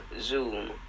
Zoom